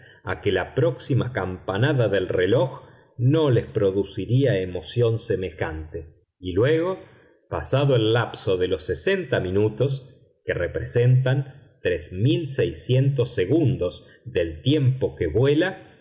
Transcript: a que la próxima campanada del reloj no les produciría emoción semejante y luego pasado el lapso de los sesenta minutos que representan tres mil seiscientos segundos del tiempo que vuela repetíase el sonido del reloj y